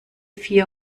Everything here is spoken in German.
vier